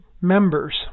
members